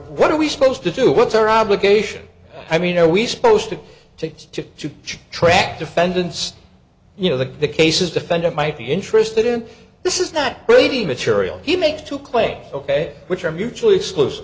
what are we supposed to do what's our obligation i mean are we supposed to take to two track defendants you know the cases defendant might be interested in this is not brady material he makes to play ok which are mutually exclusive